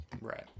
Right